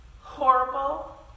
horrible